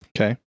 Okay